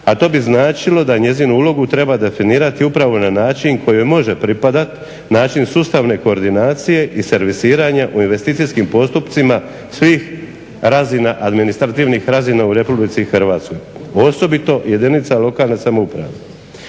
a to bi značilo da njezinu ulogu treba definirati upravo na način koji još može pripadat, način sustavne koordinacije i servisiranje u investicijskim postupcima svih razina, administrativnih razina u Republici Hrvatskoj, osobito jedinica lokalne samouprave.